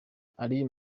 ari